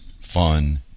fun